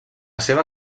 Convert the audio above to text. seva